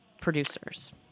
producers